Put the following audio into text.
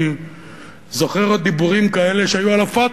אני זוכר עוד דיבורים כאלה שהיו על ה"פתח".